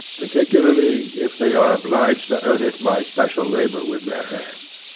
particularly if they are obliged to earn it by special labor with their hands.